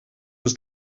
was